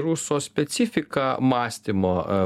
ruso specifiką mąstymo